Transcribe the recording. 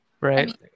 Right